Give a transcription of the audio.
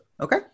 Okay